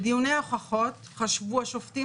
בדיוני הוכחות חשבו השופטים,